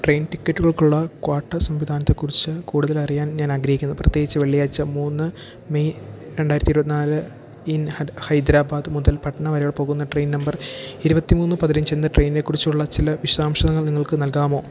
train ടിക്കറ്റുകൾക്കുള്ള quota സംവിധാനത്തെക്കുറിച്ചു കൂടുതലറിയാൻ ഞാനാഗ്രഹിക്കുന്നു പ്രത്യേകിച്ച് വെള്ളിയാഴ്ച മൂന്ന് മെയ് രണ്ടായിരത്തി ഇരുപത്തിനാലിനു ഹൈദരാബാദ് മുതൽ പട്ന വരെ പോകുന്ന ട്രെയിൻ നമ്പർ ഇരുപത്തിമൂന്ന് പതിനഞ്ചെന്ന ട്രെയിനിനെക്കുറിച്ചുള്ള ചില വിശദാംശങ്ങൾ നിങ്ങൾക്കു നൽകാമോ